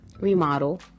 remodel